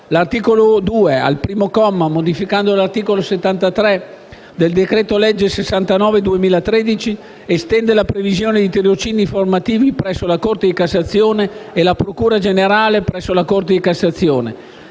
L'articolo 2, al comma 1, modificando l'articolo 73 del decreto-legge 69 del 2013, estende la previsione di tirocini formativi presso la Corte di cassazione e la procura generale presso la Corte di cassazione,